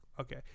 okay